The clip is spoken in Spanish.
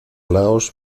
laos